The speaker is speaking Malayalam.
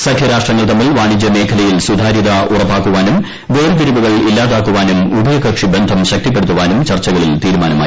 സഖ്യരാഷ്ട്രങ്ങൾ തമ്മിൽ വാണിജ്യമേഖലയിൽ സുതാര്യത ഉറപ്പാക്കുവാനും വേർതീരിവുകൾ ഇല്ലാതാക്കുവാനും ഉഭയകക്ഷി ബന്ധം ശക്തിപ്പെടുത്തുവാനും ചർച്ചകളിൽ തീരുമാനമായി